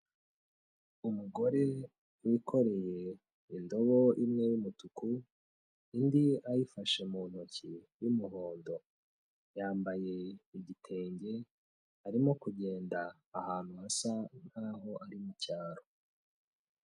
Umugore wikoreye indobo imwe y'umutuku, indi ayifashe mu ntoki y'umuhondo, yambaye igitenge arimo kugenda ahantu hasa nkaho ari mu cyaro.